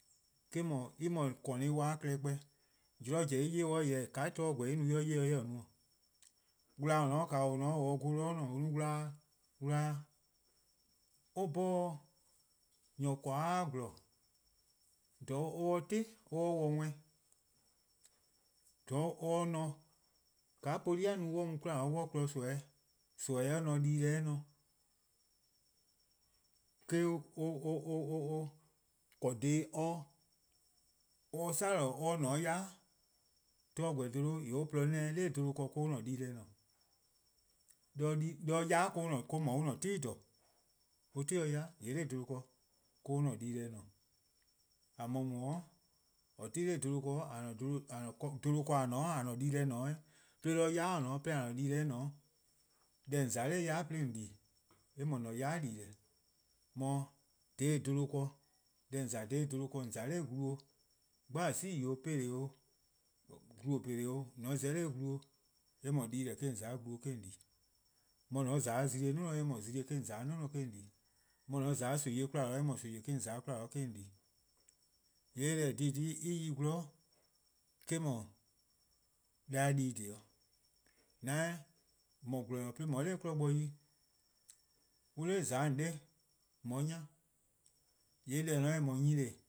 Eh-: 'dhu, en :mor :kornu+-kwa-a klehkpeh, :mor zorn zen :yee' en 'ye-' dih 'weh, jorwor: :mor glu gor :ka en no-a dih 'ye-a en-' no-a 'o. Wla :da 'o :or :ne 'o :or se-a gon 'de ne, :or no-a wlaaa' wlaaa' or 'bhorn :nyor :korn-a :gwlor, :dha or 'ye-a 'ti or 'ye-dih :nmor, :dha or 'ye-a :ne, :ka poli-a no-a 'de mor on mu 'kwla 'de an kpon-a nimi-eh 'de nimi-a ne-a 'de dii-deh-a ne-a. eh-: :korn dhih or 'ya or :ne 'de yai'. :mor glu gor dholo-' :yee' or :porluh-a neneh 'de dih 'nor 'bluhbor: 'nor or-a'a: di-deh :ne. 'de yai' 'de :wor no or-a'a: 'ti dha. or 'ti 'de yai' :yee' 'nor 'bluhbor: 'de or-a'a: dii-deh :ne. :a mor :or ti-a dha 'bluhba ken, dha 'bluhba ken :a ti-a :a-a'a: dii-deh+ :ne :daa 'weh, 'de 'de yai' :dao' :a-a'a: dii-deh :ne 'de. Deh :on :za 'de yai' 'de :on di-a, eh :mor :a-a'a: yai'-dii-deh:. mor, dha 'bluhba ken, deh :on :za-a :dha bluhba ken :on :za 'de glu, :bhasi 'o-:, 'peleh: 'o-:, glu-'peleh: 'o-: :mor :on za-ih 'de glu, :yee' eh :mor dii-deh: eh-: :on :za 'de glu :on di. 'De mor :on :za 'de zimi-eh 'nior, eh :mor zimi 'o :on :za 'de 'nior :on di, :mor on :za 'de nimi-eh 'kwla eh :mor nimi-eh 'o :on :za 'de 'kwla :on di. :yee' deh :eh :korn-a 'de en yi-a :gwlor, eh-: 'dhu deh :di dhih 'o. :an 'jeh :mor :gwlor-nyor 'de :on 'ye 'nor 'kmo bo yi, on 'da :za 'o :on 'de :on 'ye 'nya, :yee' deh :eh :ne-a 'o eh :dhu-a nyene-'